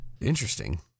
Interesting